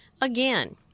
again